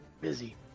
busy